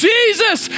Jesus